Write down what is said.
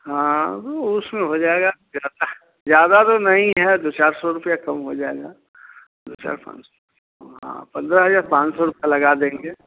हँ उसमें हो जाएगा ज्यादा ज्यादा तो नहीं है दो चार सौ रुपये कम हो जाएगा दो चार पाँच सौ हाँ पंद्रह हजार पाँच सौ रुपये लगा देंगे